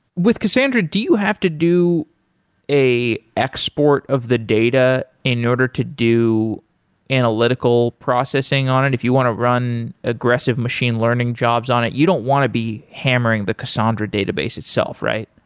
with cassandra, do you have to do an export of the data in order to do analytical processing on it? if you want to run aggressive machine learning jobs on it, you don't want to be hammering the cassandra database itself, right?